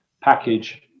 package